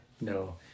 No